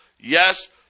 yes